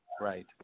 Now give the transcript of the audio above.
right